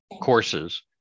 courses